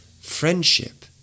friendship